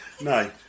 No